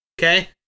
okay